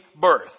birth